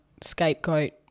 scapegoat